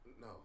No